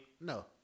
No